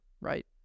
right